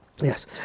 Yes